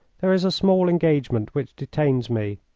there is a small engagement which detains me.